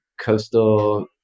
coastal